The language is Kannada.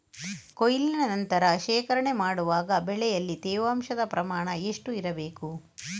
ಕೊಯ್ಲಿನ ನಂತರ ಶೇಖರಣೆ ಮಾಡುವಾಗ ಬೆಳೆಯಲ್ಲಿ ತೇವಾಂಶದ ಪ್ರಮಾಣ ಎಷ್ಟು ಇರಬೇಕು?